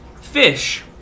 fish